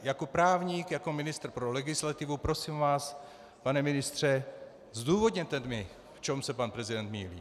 Jako právník, jako ministr pro legislativu, prosím vás, pane ministře, zdůvodněte mi, v čem se pan prezident mýlí.